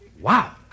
Wow